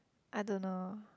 I don't know